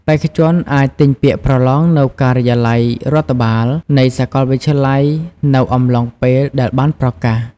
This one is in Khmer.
បេក្ខជនអាច ទិញពាក្យប្រឡងនៅការិយាល័យរដ្ឋបាល នៃសាកលវិទ្យាល័យនៅអំឡុងពេលដែលបានប្រកាស។